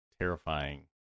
terrifying